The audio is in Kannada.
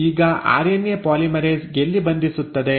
ಈಗ ಆರ್ಎನ್ಎ ಪಾಲಿಮರೇಸ್ ಎಲ್ಲಿ ಬಂಧಿಸುತ್ತದೆ